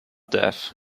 def